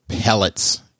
pellets